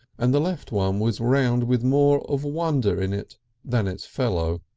and the left one was round with more of wonder in it than its fellow.